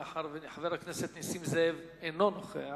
מאחר שחבר הכנסת נסים זאב אינו נוכח,